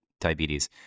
diabetes